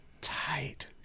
Tight